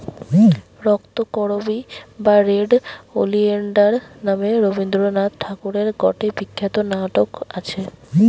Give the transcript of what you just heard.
রক্তকরবী বা red oleander নামে রবীন্দ্রনাথ ঠাকুরের গটে বিখ্যাত নাটক আছে